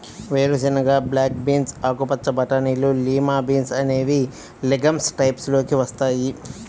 వేరుశెనగ, black beans, ఆకుపచ్చ బటానీలు, లిమా బీన్స్ అనేవి లెగమ్స్ టైప్స్ లోకి వస్తాయి